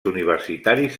universitaris